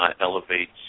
elevates